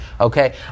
Okay